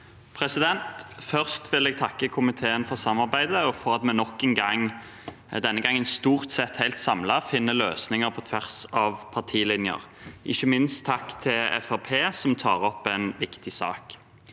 Først vil jeg takke komiteen for samarbeidet og for at vi nok en gang, denne gangen stort sett helt samlet, finner løsninger på tvers av partilinjer. Ikke minst vil jeg takke Fremskrittspartiet, som tar opp en viktig sak.